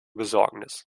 besorgnis